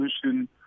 solution